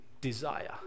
desire